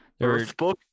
earthbook